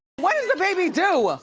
when is the baby due?